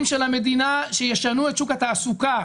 של המדינה שישנו את שוק התעסוקה.